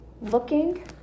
Looking